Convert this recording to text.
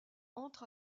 entre